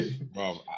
Bro